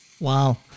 Wow